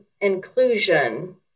inclusion